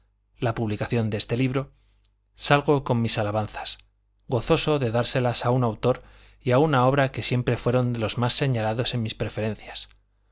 la publicación de este libro salgo con mis alabanzas gozoso de dárselas a un autor y a una obra que siempre fueron de los más señalados en mis preferencias